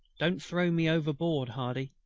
don't throw me overboard, hardy.